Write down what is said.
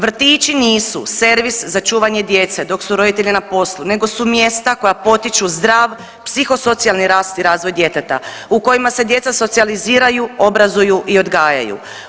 Vrtići nisu servis za čuvanje djece dok su roditelji na poslu, nego su mjesta koja potiču zdrav psiho socijalni rast i razvoj djeteta u kojima se djeca socijaliziraju, obrazuju i odgajaju.